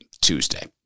Tuesday